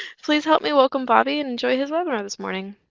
please help me welcome bobby, and enjoy his webinar this morning.